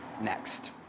next